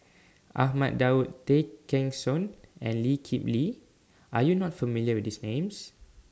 Ahmad Daud Tay Kheng Soon and Lee Kip Lee Are YOU not familiar with These Names